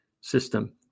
system